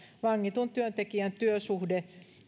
vangitun työntekijän työsuhde